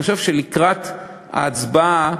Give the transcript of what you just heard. אני חושב שלקראת ההצבעה,